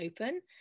open